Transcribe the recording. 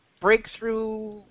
breakthrough